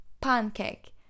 Pancake